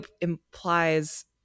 implies